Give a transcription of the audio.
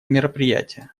мероприятие